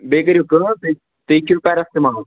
بیٚیہِ کٔریو کٲم تُہۍ کھیٚیُو پٮ۪رَسٹمال